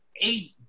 eight